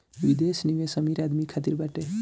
विदेश निवेश अमीर आदमी खातिर बाटे